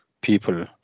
people